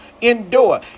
endure